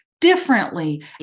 differently